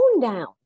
down